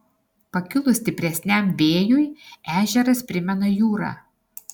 pakilus stipresniam vėjui ežeras primena jūrą